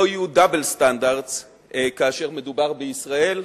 לא יהיו double standards כאשר מדובר בישראל.